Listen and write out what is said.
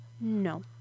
No